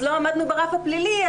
אם לא עמדנו ברף הפלילי,